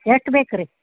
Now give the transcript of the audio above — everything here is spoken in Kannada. ಎಷ್ಟು ಬೇಕು ರೀ